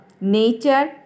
nature